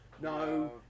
No